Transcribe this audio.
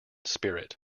spirit